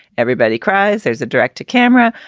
everybody cries. there's a direct to camera.